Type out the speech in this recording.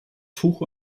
tuch